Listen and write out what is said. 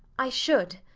i should.